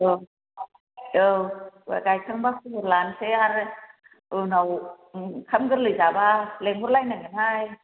औ औ गाइखांबा खबर लानोसै आरो उनाव ओंखाम गोरलै जाबा लिंहर लायनांगोनहाय